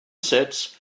sets